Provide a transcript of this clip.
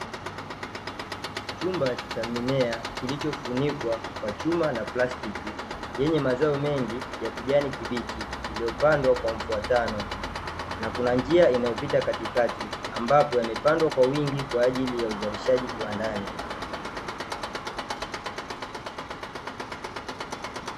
Chumba cha mimea kilichofunikwa kwa chuma na plastiki, yenye mazao mengi ya kijani kibichi, iliyopandwa kwa mfuatano. Na kuna njia inayopita katikati, ambapo yamepandwa kwa wingi kwa ajili ya uzalishaji kiwandani.